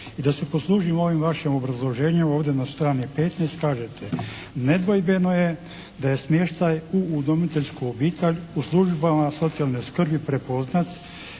I da se poslužim ovim vašim obrazloženjem ovdje na strani 15. Kažete, nedvojbeno je da je smještaj u udomiteljsku obitelj u službama socijalne skrbi prepoznat